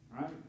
right